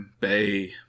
Bay